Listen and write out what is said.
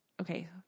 okay